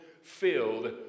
Filled